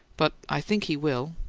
but i think he will.